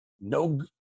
no